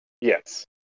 Yes